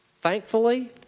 Thankfully